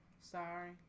Sorry